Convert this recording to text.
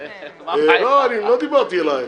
אל --- לא דיברתי אלייך,